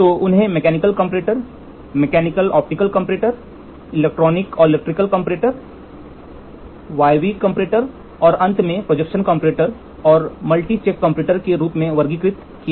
तो उन्हें mechanical comparator mechanical optical comparator electrical और इलेक्ट्रॉनिक्स कंपैरेटर वायवीय कंपैरेटर और अंत में प्रोजेक्शन कंपैरेटर और मल्टी चेक कंपैरेटर के रूप में वर्गीकृत किया गया है